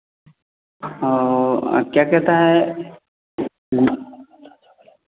और क्या कहता है